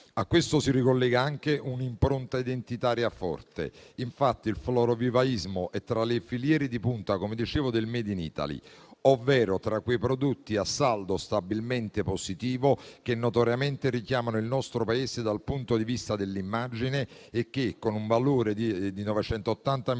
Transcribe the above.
A questo si ricollega anche un'impronta identitaria forte. Infatti il florovivaismo è tra le filiere di punta, come dicevo, del *made in Italy*, ovvero tra quei prodotti a saldo stabilmente positivo che notoriamente richiamano il nostro Paese dal punto di vista dell'immagine e che, con un valore di 980 milioni